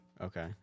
Okay